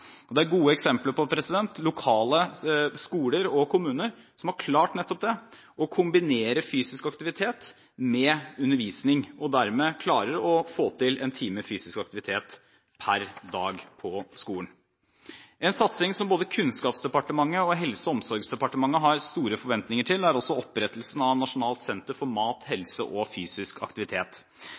er. Det er gode eksempler på lokale skoler og kommuner som har klart nettopp det, å kombinere fysisk aktivitet med undervisning og dermed få til en time fysisk aktivitet per dag på skolen. En satsing som både Kunnskapsdepartementet og Helse- og omsorgsdepartementet har store forventninger til, er opprettelsen av Nasjonalt senter for mat, helse og fysisk aktivitet.